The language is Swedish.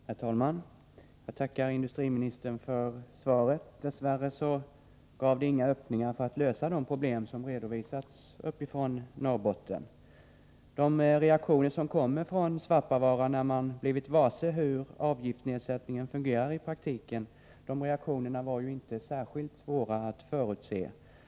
Herr talman! Jag tackar industriministern för svaret. Dess värre gav det inga öppningar för att lösa de problem som redovisats uppifrån Norrbotten. De reaktioner som nu kommer från Svappavaara när man blivit varse hur avgiftsnedsättningen fungerar i praktiken var inte särskilt svåra att förutse.